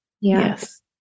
Yes